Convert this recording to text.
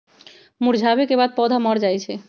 मुरझावे के बाद पौधा मर जाई छई